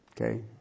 Okay